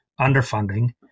underfunding